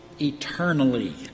eternally